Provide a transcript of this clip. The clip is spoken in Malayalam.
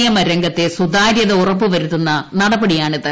നിയമരംഗത്തെ സുതാര്യത ഉറപ്പ് വരുത്തുന്ന നടപടിയാണിത്